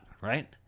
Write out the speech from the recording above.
right